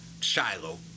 Shiloh